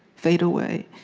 fade away,